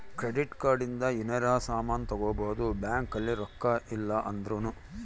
credit card ಇಂದ ಯೆನರ ಸಾಮನ್ ತಗೊಬೊದು ಬ್ಯಾಂಕ್ ಅಲ್ಲಿ ರೊಕ್ಕ ಇಲ್ಲ ಅಂದೃನು